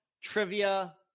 trivia